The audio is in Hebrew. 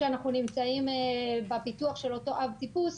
שאנחנו נמצאים בפיתוח של אותו אבטיפוס,